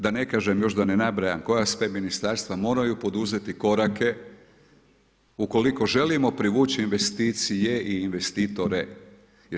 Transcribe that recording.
Da ne kažem, još da ne nabrajam koja sve ministarstva moraju poduzeti korake ukoliko želimo privući investicije i investitore jer